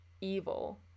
evil